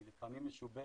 היא לפעמים משובשת.